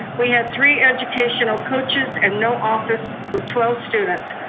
we had three educational coaches and no office with twelve students,